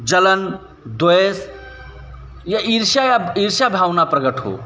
जलन द्वेष या ईर्ष्या ईर्ष्या भावना प्रकट हो